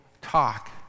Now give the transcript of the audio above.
talk